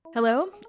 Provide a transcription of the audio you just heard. Hello